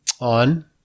on